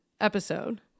episode